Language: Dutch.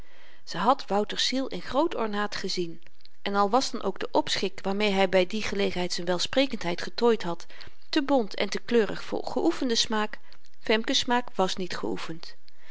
ze had wouters ziel in groot ornaat gezien en al was dan ook de opschik waarmee hy by die gelegenheid z'n welsprekendheid getooid had te bont en te kleurig voor geoefenden smaak femke's smaak was niet geoefend